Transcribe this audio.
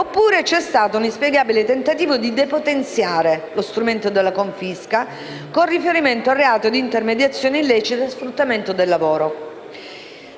oppure c'è stato un inspiegabile tentativo di depotenziare lo strumento della confisca con riferimento al reato di intermediazione illecita e sfruttamento del lavoro.